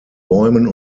bäumen